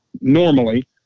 normally